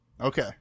Okay